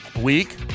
week